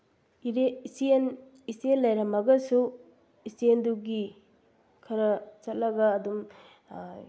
ꯏꯆꯦꯜ ꯏꯆꯦꯜ ꯂꯩꯔꯝꯃꯒꯁꯨ ꯏꯆꯦꯜꯗꯨꯒꯤ ꯈꯔ ꯆꯠꯂꯒ ꯑꯗꯨꯝ